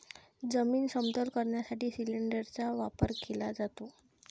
जमीन समतल करण्यासाठी सिलिंडरचा वापर केला जातो